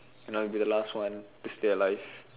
and I'll be the last one to stay alive